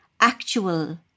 actual